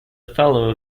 fellow